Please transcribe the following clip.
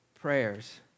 prayers